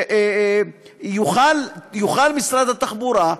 שיוכל משרד התחבורה,